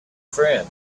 friend